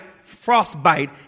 frostbite